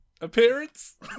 appearance